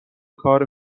کار